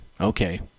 Okay